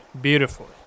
Beautiful